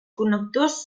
connectors